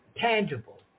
tangible